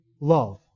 love